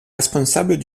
responsables